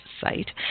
site